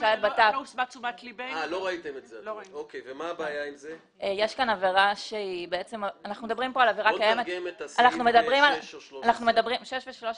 קודם כל, יש כאן עבירה שהוספה בשלבים